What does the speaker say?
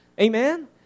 Amen